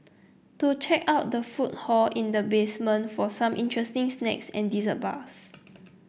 to check out the food hall in the basement for some interesting snacks and dessert bars